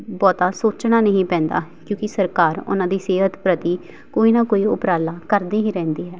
ਬਹੁਤਾ ਸੋਚਣਾ ਨਹੀਂ ਪੈਂਦਾ ਕਿਉਂਕਿ ਸਰਕਾਰ ਉਹਨਾਂ ਦੀ ਸਿਹਤ ਪ੍ਰਤੀ ਕੋਈ ਨਾ ਕੋਈ ਉਪਰਾਲਾ ਕਰਦੀ ਹੀ ਰਹਿੰਦੀ ਹੈ